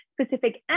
specific